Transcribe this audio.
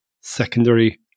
secondary